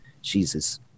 Jesus